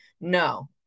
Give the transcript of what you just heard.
No